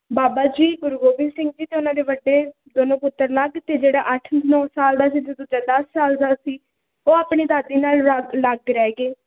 ਬਾਬਾ ਜੀ ਗੁਰੂ ਗੋਬਿੰਦ ਸਿੰਘ ਜੀ ਅਤੇ ਉਹਨਾਂ ਦੇ ਵੱਡੇ ਦੋਨੋਂ ਪੁੱਤਰ ਅਲੱਗ ਅਤੇ ਜਿਹੜਾ ਅੱਠ ਨੌ ਸਾਲ ਦਾ ਸੀ ਅਤੇ ਦੂਜਾ ਦਸ ਸਾਲ ਦਾ ਸੀ ਉਹ ਆਪਣੀ ਦਾਦੀ ਨਾਲ ਲ ਅਲੱਗ ਰਹਿ ਗਏ